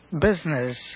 business